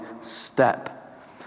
step